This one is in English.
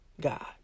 God